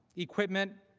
equipment,